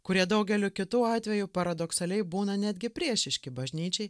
kurie daugeliu kitų atvejų paradoksaliai būna netgi priešiški bažnyčiai